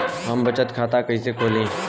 हम बचत खाता कइसे खोलीं?